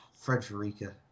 Frederica